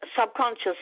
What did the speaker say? subconscious